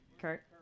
Kurt